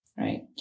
right